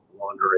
laundering